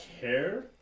care